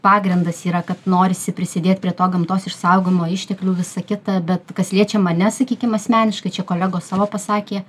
pagrindas yra kad norisi prisidėt prie to gamtos išsaugojimo išteklių visa kita bet kas liečia mane sakykim asmeniškai čia kolegos savo pasakė